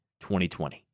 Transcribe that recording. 2020